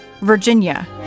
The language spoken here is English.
Virginia